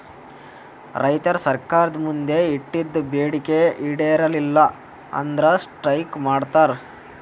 ರೈತರ್ ಸರ್ಕಾರ್ದ್ ಮುಂದ್ ಇಟ್ಟಿದ್ದ್ ಬೇಡಿಕೆ ಈಡೇರಲಿಲ್ಲ ಅಂದ್ರ ಸ್ಟ್ರೈಕ್ ಮಾಡ್ತಾರ್